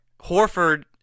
Horford